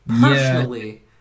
Personally